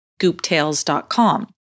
gooptales.com